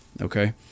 Okay